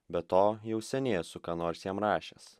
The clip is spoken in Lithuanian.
be to jau seniai esu ką nors jam rašęs